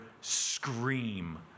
scream